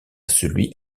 celui